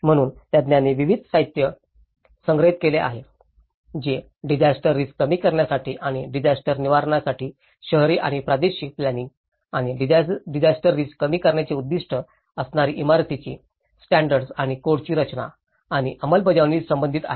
म्हणूनच तज्ञांनी विविध साहित्य संग्रहित केले आहे जे डिजास्टर रिस्क कमी करण्यासाठी आणि डिजास्टर निवारणासाठी शहरी आणि प्रादेशिक प्लॅनिंइंग आणि डिजास्टर रिस्क कमी करण्याचे उद्दीष्ट असणारी इमारतीची स्टॅण्डर्ड आणि कोडची रचना आणि अंमलबजावणी संबंधित आहेत